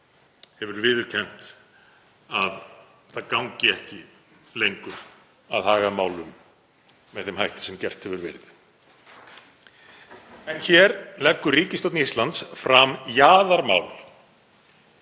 hefur viðurkennt að það gangi ekki lengur að haga málum með þeim hætti sem gert hefur verið. En hér leggur ríkisstjórn Íslands fram jaðarmál